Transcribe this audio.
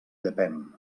llepem